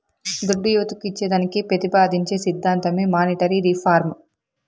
దుడ్డు యువతకు ఇచ్చేదానికి పెతిపాదించే సిద్ధాంతమే మానీటరీ రిఫార్మ్